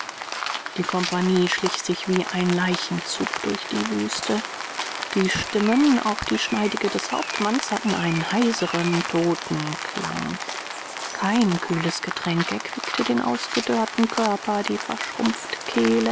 die kompagnie schlich sich wie ein leichenzug durch die wüste die stimmen auch die schneidige des hauptmanns hatten einen heiseren toten klang kein kühles getränk erquickte den ausgedörrten körper die verschrumpfte